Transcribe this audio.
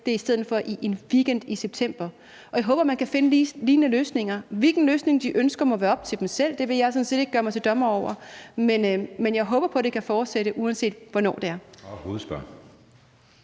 Marked i en weekend i september, og jeg håber, man kan finde lignende løsninger. Hvilken løsning de ønsker, må være op til dem selv – det vil jeg sådan set ikke gøre mig til dommer over – men jeg håber på, det kan fortsætte, uanset hvornår det er.